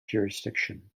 jurisdiction